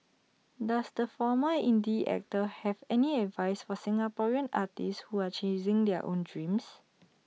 does the former indie actor have any advice for Singaporean artists who are chasing their own dreams